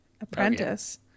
Apprentice